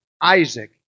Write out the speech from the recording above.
Isaac